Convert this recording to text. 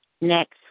next